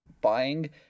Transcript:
buying